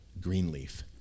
Greenleaf